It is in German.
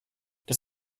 das